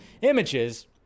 images